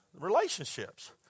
relationships